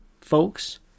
folks